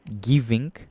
giving